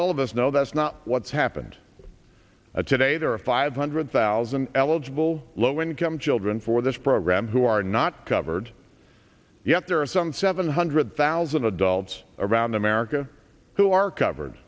all of us know that's not what's happened today there are five hundred thousand eligible low income children for this program who are not covered yet there are some seven hundred thousand adults around america who are covered